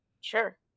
Sure